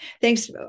thanks